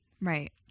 right